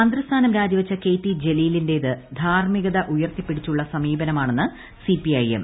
മന്ത്രിസ്ഥാനം രാജിവെച്ച K T ജലീലിന്റേത് ധാർമികത ഉയർത്തിപ്പിടിച്ചുള്ള സമീപനമാണെന്ന് സിപിഎം